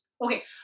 okay